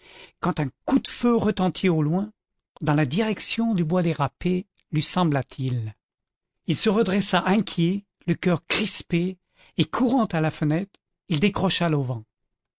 quand un coup de feu retentit au loin dans la direction du bois des râpées lui sembla-t-il il se redressa inquiet le coeur crispé et courant à la fenêtre il décrocha l'auvent